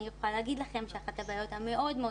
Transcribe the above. אני יכולה להגיד לכם שאחת הבעיות המאוד מאוד